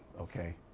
okay.